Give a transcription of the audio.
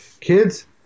kids